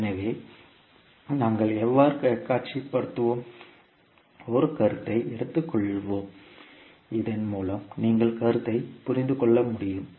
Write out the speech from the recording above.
எனவே நாங்கள் எவ்வாறு காட்சிப்படுத்துவோம் ஒரு கருத்தை எடுத்துக்கொள்வோம் இதன் மூலம் நீங்கள் கருத்தை புரிந்து கொள்ள முடியும்